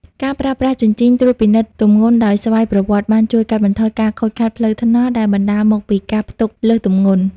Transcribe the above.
ការប្រើប្រាស់ជញ្ជីងត្រួតពិនិត្យទម្ងន់ដោយស្វ័យប្រវត្តិ បានជួយកាត់បន្ថយការខូចខាតផ្លូវថ្នល់ដែលបណ្ដាលមកពីការផ្ទុកលើសទម្ងន់។